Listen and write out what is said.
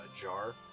jar